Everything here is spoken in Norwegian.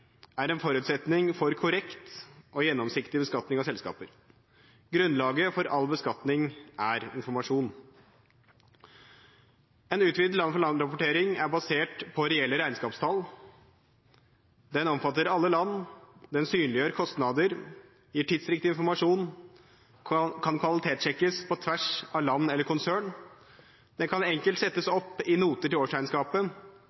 korrekt og gjennomsiktig beskatning av selskaper. Grunnlaget for all beskatning er informasjon. En utvidet land-for-land-rapportering er basert på reelle regnskapstall, den omfatter alle land, den synliggjør kostnader, gir tidsriktig informasjon og kan kvalitetssjekkes på tvers av land eller konsern, den kan enkelt settes